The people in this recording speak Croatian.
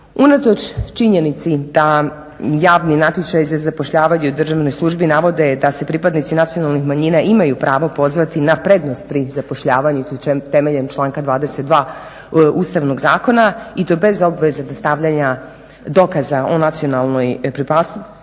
Unatoč činjenici da javni natječaj za zapošljavanje u državnoj službi navode da se pripadnici nacionalnih manjina imaju pravo pozvati na prednost pri zapošljavanju temeljem članka 22. Ustavnog zakona i to bez obveze dostavljanja dokaza o nacionalnoj pripadnosti